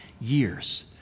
years